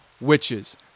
witches